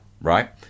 right